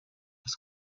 des